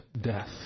death